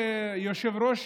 כיושב-ראש